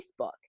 Facebook